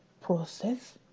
process